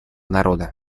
народа